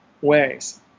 ways